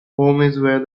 where